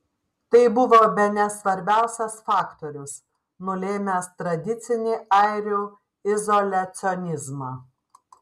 tai buvo bene svarbiausias faktorius nulėmęs tradicinį airių izoliacionizmą